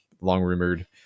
Long-rumored